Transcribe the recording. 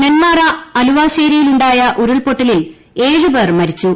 നെൻമാറ അലുവാശ്ശേരിയിലുണ്ടായ ഉരുൾപൊട്ടലിൽ ഏഴ് പേർ മരിച്ചു